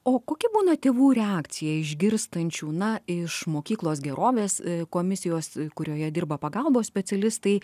o kokia būna tėvų reakcija išgirstančių na iš mokyklos gerovės komisijos kurioje dirba pagalbos specialistai